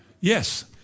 Yes